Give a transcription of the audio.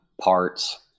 parts